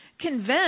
convince